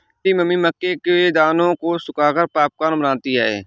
मेरी मम्मी मक्के के दानों को सुखाकर पॉपकॉर्न बनाती हैं